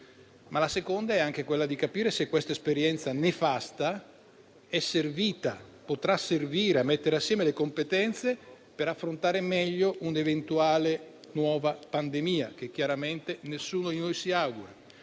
Ma la seconda è anche quella di capire se questa esperienza nefasta è servita o potrà servire a mettere assieme le competenze per affrontare meglio un'eventuale nuova pandemia, che chiaramente nessuno di noi si augura.